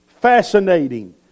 fascinating